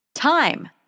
Time